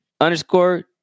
underscore